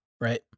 Right